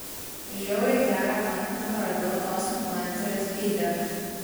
žiauriai gerą kontentą radau tos influencerės fyde